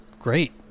great